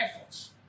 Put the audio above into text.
efforts